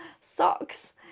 Socks